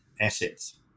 assets